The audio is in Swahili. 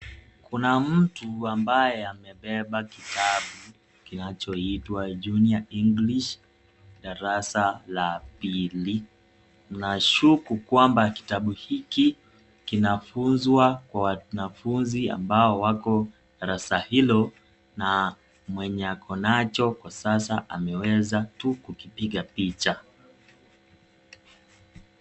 Kuna mtu ambaye amebeba kitabu kinachoitwa (cs)Junior English(cs) darasa la pili, nashuku kwamba kitabu hiki kinafunzwa kwa wanafunzi ambao wako darasa hilo na mwenye ako nacho kwa sasa ameweza tu kukipiga picha.